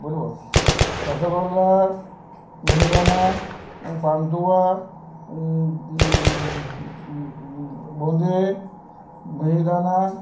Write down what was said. বলব রসগোল্লা মিহিদানা পান্তুয়া বোঁদে মিহিদানা